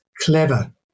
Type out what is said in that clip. clever